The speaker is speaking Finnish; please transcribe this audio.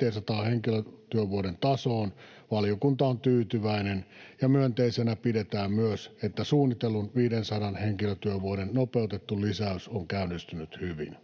500 henkilötyövuoden tasoon valiokunta on tyytyväinen, ja myönteisenä pidetään myös, että suunnitellun 500 henkilötyövuoden nopeutettu lisäys on käynnistynyt hyvin.